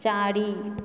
चारि